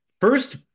first